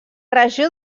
regió